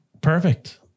perfect